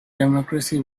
democracy